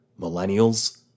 millennials